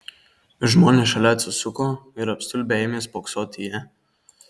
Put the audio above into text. žmonės šalia atsisuko ir apstulbę ėmė spoksoti į ją